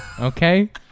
Okay